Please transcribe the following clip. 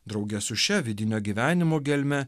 drauge su šia vidinio gyvenimo gelme